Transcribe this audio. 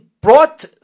brought